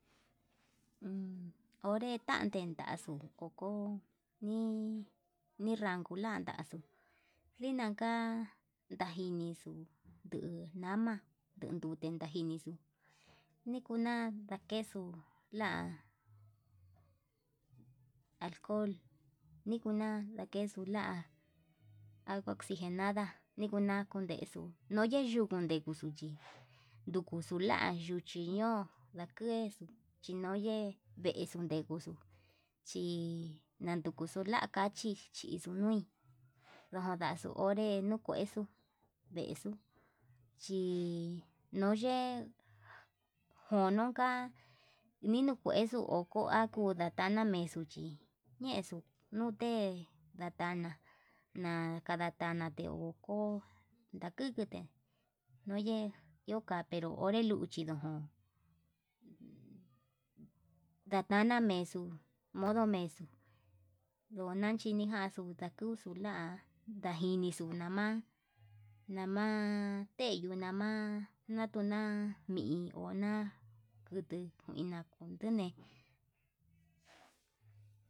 onre tande tanxuu koko nii nrankulan taxuu ninanka, ndajinixuu nduu nama ndenduu ndajinixu nikuna ndakexuu la'a alcohol, nikuna lakexu la'a agua oxijenada nikuna ndakexu nuyen ndukun nexuu chí ndukula yuchi ño'o, ndake chinoye ndexuu ndukuxo chí lakuchuxu la'a kachi nadukuxu la'a kachi chixuu nui ndodaxuu onré nuu kuexu, ndexuu chinoye jonoka ninu kuexuu oko akoda tana mexuu chí ñexuu nute natana na'a kandatana nde oko'o ndakute no'o yee ndo kate onre luchi ndo'o, ndatana mexuu ndono mexuu ndonan chinikaxu ndakuu la'a ndajinixuu lama'a nama teyuu nama natuna mii una'a, kutuu ina kutume.